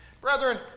Brethren